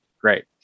great